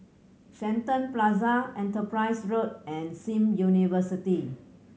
Shenton Plaza Enterprise Road and Sim University